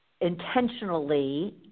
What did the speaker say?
intentionally